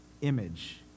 image